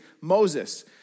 Moses